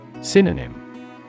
Synonym